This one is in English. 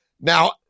Now